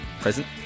Present